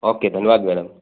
okay धन्यवाद madam